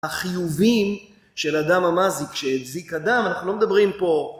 החיובי של אדם המזיק, כשהזיק אדם, אנחנו לא מדברים פה...